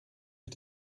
mit